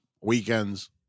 weekends